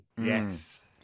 Yes